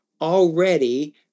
already